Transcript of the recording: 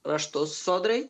raštus sodrai